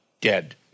Dead